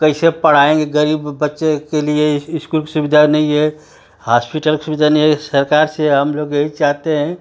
कैसे पढ़ाएंगे गरीब बच्चे के लिए इस्कूल सुविधा नहीं है हास्पिटल का सुविधा नहीं है सरकार से हम लोग यही चाहते हैं